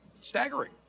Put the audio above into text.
staggering